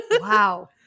wow